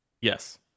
Yes